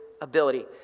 ability